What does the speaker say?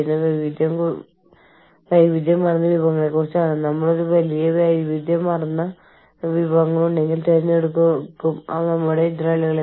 അവധിക്കും പണം ലഭ്യമായ ടൈം ഓഫിനും തമ്മിൽ രാജ്യങ്ങളിൽ നിന്ന് രാജ്യങ്ങളിലേക്കുള്ള പ്രധാന വ്യതിയാനങ്ങൾ